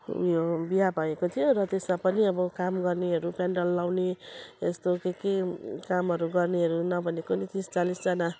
ऊ यो बिहा भएको थियो र त्यसमा पनि अब काम गर्नेहरू पेन्डल लाउने यस्तो के के कामहरू गर्नेहरू नभनेको नि तिस चालिसजना